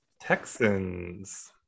Texans